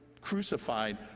crucified